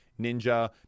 Ninja